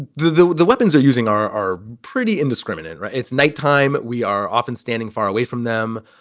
the the weapons are using are are pretty indiscriminate. it's nighttime. we are often standing far away from them.